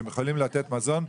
שהן יכולות לתת מזון,